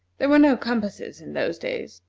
there were no compasses in those days,